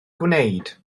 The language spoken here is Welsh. gwneud